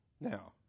Now